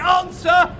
answer